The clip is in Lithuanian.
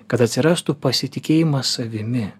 kad atsirastų pasitikėjimas savimi